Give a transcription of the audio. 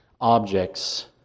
objects